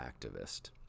activist